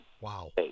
Wow